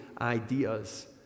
ideas